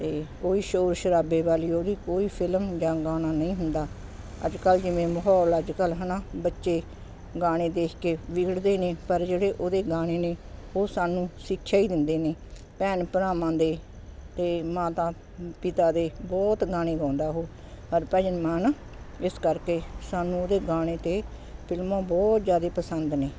ਅਤੇ ਕੋਈ ਸ਼ੋਰ ਸ਼ਰਾਬੇ ਵਾਲੀ ਉਹਦੀ ਕੋਈ ਫਿਲਮ ਜਾਂ ਗਾਣਾ ਨਹੀਂ ਹੁੰਦਾ ਅੱਜ ਕਲ੍ਹ ਜਿਵੇਂ ਮਾਹੌਲ ਅੱਜ ਕੱਲ੍ਹ ਹੈ ਨਾ ਬੱਚੇ ਗਾਣੇ ਦੇਖ ਕੇ ਵਿਗੜਦੇ ਨੇ ਪਰ ਜਿਹੜੇ ਉਹਦੇ ਗਾਣੇ ਨੇ ਉਹ ਸਾਨੂੰ ਸਿੱਖਿਆ ਹੀ ਦਿੰਦੇ ਨੇ ਭੈਣ ਭਰਾਵਾਂ ਦੇ ਅਤੇ ਮਾਤਾ ਪਿਤਾ ਦੇ ਬਹੁਤ ਗਾਣੇ ਗਾਉਂਦਾ ਉਹ ਹਰਭਜਨ ਮਾਨ ਇਸ ਕਰਕੇ ਸਾਨੂੰ ਉਹਦੇ ਗਾਣੇ ਅਤੇ ਫਿਲਮਾਂ ਬਹੁਤ ਜ਼ਿਆਦਾ ਪਸੰਦ ਨੇ